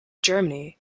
germany